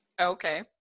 Okay